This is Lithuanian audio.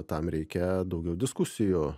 tam reikia daugiau diskusijų